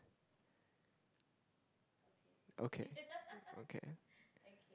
okay okay